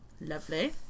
Lovely